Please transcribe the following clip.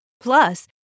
Plus